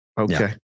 Okay